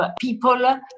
people